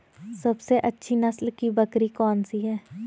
सबसे अच्छी नस्ल की बकरी कौन सी है?